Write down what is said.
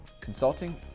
consulting